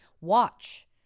Watch